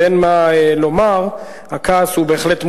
ואין מה לומר, הכעס הוא בהחלט מוצדק,